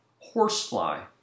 Horsefly